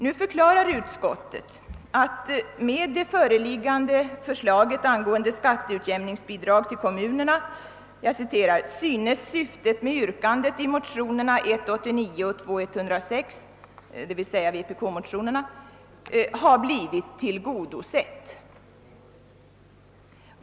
Nu förklarar utskottet att med föreliggande förslag angående skatteutjämningsbidrag till kommunerna bör yrkandet i motionerna 1:94 och II: 108 — alltså vpk-motionerna — inte föranleda någon riksdagens åtgärd.